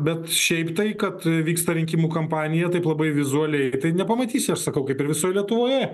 bet šiaip tai kad vyksta rinkimų kampanija taip labai vizualiai nepamatysi aš sakau kaip ir visoj lietuvoje